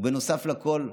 נוסף לכול,